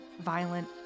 violent